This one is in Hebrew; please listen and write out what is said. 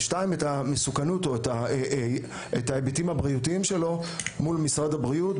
ושנית את המסוכנות או את ההיבטים הבריאותיים שלו מול משרד הבריאות,